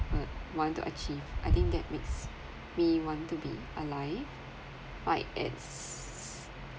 uh want to achieve I think that makes me want to be alive while it's